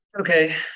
Okay